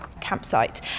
campsite